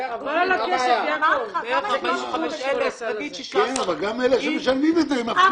--- אבל גם אלה שמשלמים את זה, מפסידים.